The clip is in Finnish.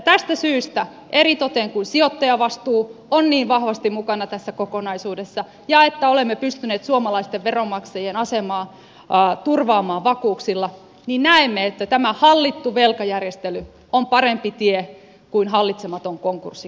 tästä syystä eritoten kun sijoittajavastuu on niin vahvasti mukana tässä kokonaisuudessa ja olemme pystyneet suomalaisten veronmaksajien asemaa turvaamaan vakuuksilla näemme että tämä hallittu velkajärjestely on parempi tie kuin hallitsematon konkurssi kreikalle